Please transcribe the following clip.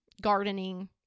gardening